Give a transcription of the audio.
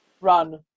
Run